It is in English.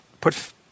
put